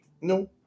No